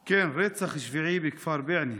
כן, רצח שביעי בכפר בענה.